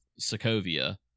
sokovia